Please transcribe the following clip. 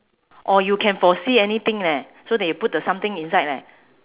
or you can foresee anything leh so they put the something inside leh